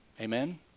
Amen